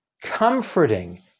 comforting